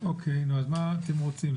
אז מה אתם רוצים,